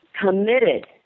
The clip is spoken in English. committed